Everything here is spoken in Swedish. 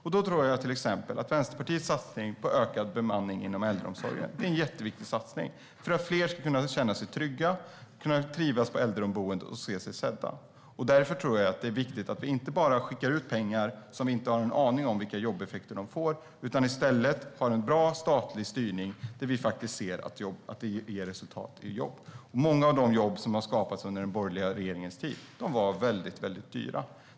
Jag tror till exempel att Vänsterpartiets satsning på ökad bemanning i äldreomsorgen är en jätteviktig satsning för att fler ska kunna känna sig trygga, trivas på äldreboendet och känna sig sedda. Därför tror jag att det är viktigt att vi inte bara skickar ut pengar utan att ha någon aning om vilka jobbeffekter de får utan i stället har en bra statlig styrning som faktiskt ger resultat i jobb. Många av de jobb som har skapats under den borgerliga regeringens tid var väldigt dyra.